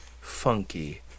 funky